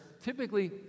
typically